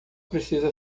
precisa